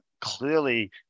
clearly